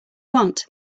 want